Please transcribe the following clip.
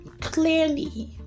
clearly